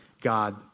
God